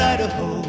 Idaho